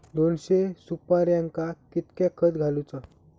दोनशे सुपार्यांका कितक्या खत घालूचा?